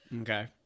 Okay